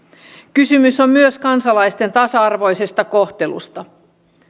kysymys on myös kansalaisten tasa arvoisesta kohtelusta